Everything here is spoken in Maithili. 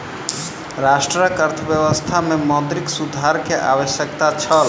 राष्ट्रक अर्थव्यवस्था में मौद्रिक सुधार के आवश्यकता छल